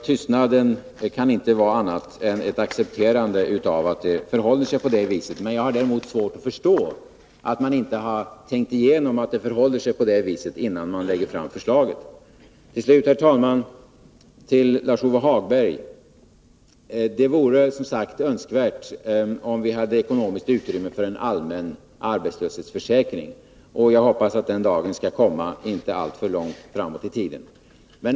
Tystnaden kan inte innebära annat än ett accepterande av att det förhåller sig på det sättet. Jag har däremot svårt att förstå att socialdemokraterna inte har tänkt igenom detta, innan de lägger fram sitt förslag. Till slut, herr talman, vill jag rikta mig till Lars-Ove Hagberg. Det vore som sagt önskvärt med ett ekonomiskt utrymme för en allmän arbetslöshetsförsäkring. Jag hoppas att den dagen skall komma inte alltför långt framåt i tiden.